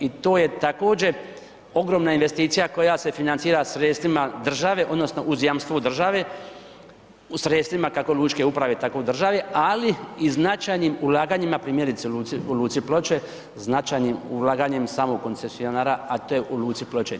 I to je također ogromna investicija koja se financira sredstvima država odnosno uz jamstvo države, sredstvima kako lučke uprave tako države, ali i značajnim ulaganjima primjerice u luci Ploče, značajnim ulaganjem samog koncesionara, a to je u luci Ploče.